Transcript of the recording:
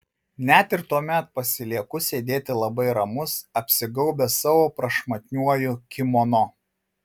net ir tuomet pasilieku sėdėti labai ramus apsigaubęs savo prašmatniuoju kimono